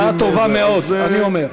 הצעה טובה מאוד, אני אומר.